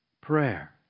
prayer